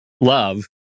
love